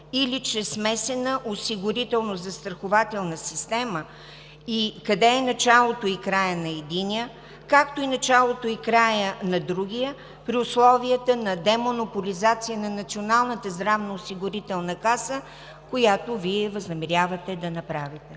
или чрез смесена осигурително застрахователна система, къде е началото и краят на единия, както и началото и краят на другия, при условията на демонополизация на Националната здравноосигурителна каса, която Вие възнамерявате да направите?